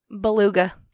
Beluga